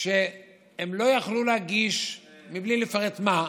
שלא יכלו להגיש מבלי לפרט מה,